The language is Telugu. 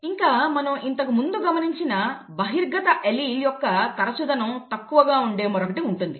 ఇంకా మనం ఇంతకుముందు గమనించిన బహిర్గత అల్లీల్ యొక్క తరచుదనం తక్కువగా ఉండే మరొకటి ఉంటుంది